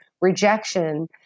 rejection